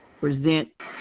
present